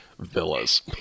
Villas